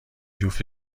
جفت